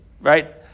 right